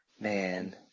Man